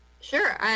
Sure